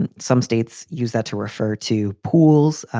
and some states use that to refer to pools.